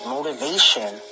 Motivation